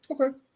Okay